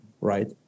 right